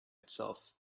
itself